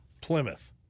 Plymouth